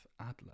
Adler